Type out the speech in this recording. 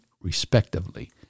respectively